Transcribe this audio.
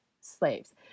slaves